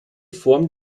form